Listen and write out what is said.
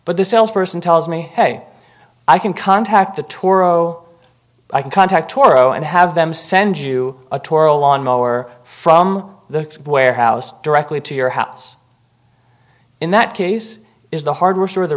but the salesperson tells me hey i can contact the toro i can contact toro and have them send you a tour a lawnmower from the where house directly to your house in that case is the hardware sure